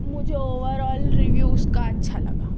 مجھے overall review اُس کا اچھا لگا